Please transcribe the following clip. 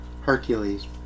Hercules